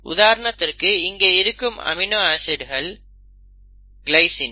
உதாரணத்திற்கு இங்கே இருக்கும் அமினோ ஆசிட் கிளைஸின்